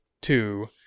two